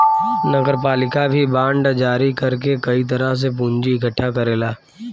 नगरपालिका भी बांड जारी कर के कई तरह से पूंजी इकट्ठा करेला